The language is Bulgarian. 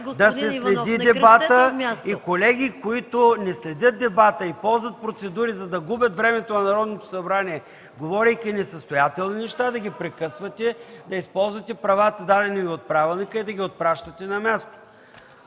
правя тази процедура: да се следи дебатът. Колеги, които не следят дебата и ползват процедури, за да губят времето на Народното събрание, говорейки несъстоятелни неща, да ги прекъсвате. Използвайте правата, дадените от правилника, и ги отпращайте на място.